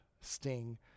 sting